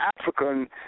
African